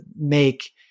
make